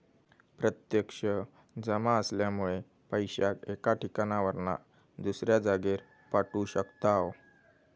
प्रत्यक्ष जमा असल्यामुळे पैशाक एका ठिकाणावरना दुसऱ्या जागेर पाठवू शकताव